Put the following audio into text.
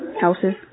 Houses